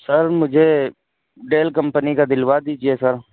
سر مجھے Dell company کا دلوا دیجیے سر